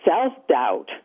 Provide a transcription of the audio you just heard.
self-doubt